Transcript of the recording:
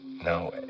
No